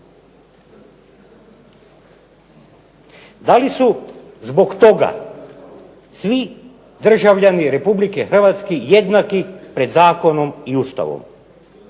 Da li su zbog toga svi državljani Republike Hrvatske jednaki pred zakonom i Ustavom?